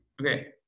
Okay